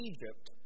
Egypt